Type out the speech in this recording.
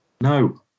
No